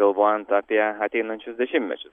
galvojant apie ateinančius dešimtmečius